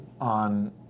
on